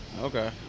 Okay